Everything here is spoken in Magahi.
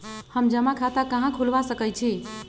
हम जमा खाता कहां खुलवा सकई छी?